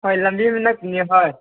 ꯍꯣꯏ ꯍꯣꯏ